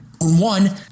one